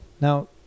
Now